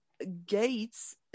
gates